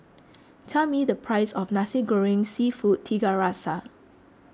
tell me the price of Nasi Goreng Seafood Tiga Rasa